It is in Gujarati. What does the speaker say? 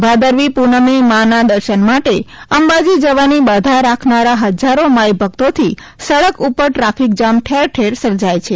ભાદરવી પૂનમે માં ના દર્શન માટે અંબાજી જવાની બાધા રાખનારા હંજારો માઇ ભક્તોથી સડક ઉપર ટ્રાફિકજામ ઠેરઠેર સર્જાય છે